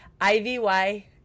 ivy